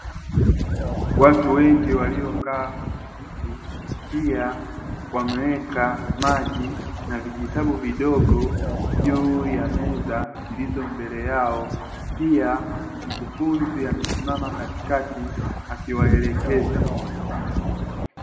Watu wengi waliokaa kwenye viti pia wameweka maji na vijitabu vidogo juu ya meza zilizo mbele yao, pia mkufunzi amesimama katikati akiwaelezea.